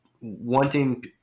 wanting